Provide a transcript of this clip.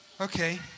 Okay